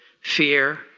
fear